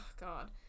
God